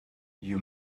you